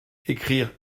ecrire